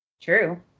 True